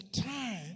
time